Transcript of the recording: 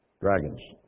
dragons